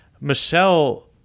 Michelle